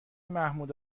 محمود